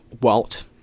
Walt